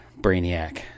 Brainiac